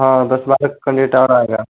हाँ दस बारह कंडीडेट और आएगा